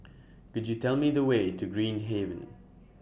Could YOU Tell Me The Way to Green Haven